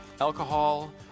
alcohol